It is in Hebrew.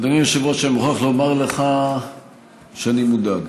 אדוני היושב-ראש, אני מוכרח לומר לך שאני מודאג.